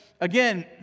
again